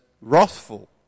wrathful